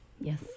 Yes